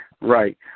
Right